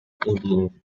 indian